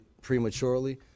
prematurely